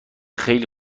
خیلی